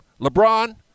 LeBron